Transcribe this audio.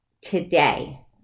today